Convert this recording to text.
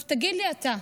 תגיד לי אתה,